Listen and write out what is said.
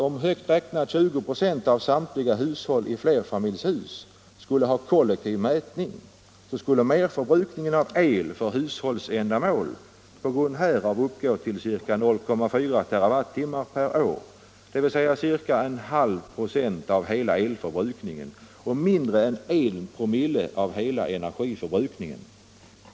Om, högt räknat, 20 96 av samtliga hushåll i flerfamiljshus om några år skulle ha kollektiv mätning skulle merförbrukningen av el för hushållsändamål på grund härav uppgå till ca 0,4 TWh per år, dvs. ca 0,5 96 av hela elförbrukningen och mindre än en promille av hela energiförbrukningen.